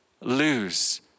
lose